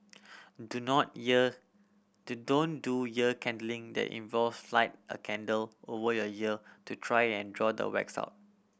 do not ear do don't do ear candling that involves light a candle over your ear to try and draw the wax out